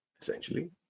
essentially